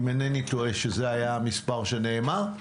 אם אינני טועה שזה היה המספר שנאמר,